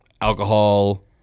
alcohol